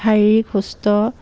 শাৰীৰিক সুস্থ